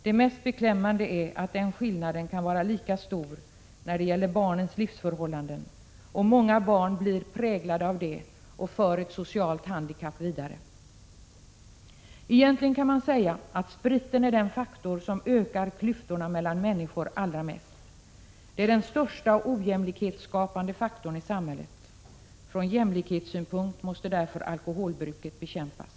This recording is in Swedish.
Det mest beklämmande är att den skillnaden kan vara lika stor när det gäller barnens livsförhållanden, och många barn blir präglade av detta och för ett socialt handikapp vidare. Egentligen kan man säga att spriten är den faktor som ökar klyftorna mellan människor allra mest. Det är den största ojämlikhetsskapande faktorn i samhället. Från jämlikhetssynpunkt måste därför alkoholbruket bekämpas.